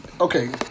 Okay